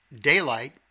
Daylight